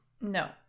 No